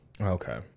Okay